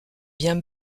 bien